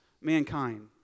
mankind